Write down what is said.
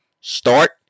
start